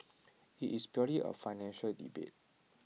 IT is purely A financial debate